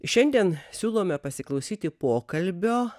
šiandien siūlome pasiklausyti pokalbio